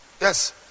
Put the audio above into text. Yes